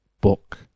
book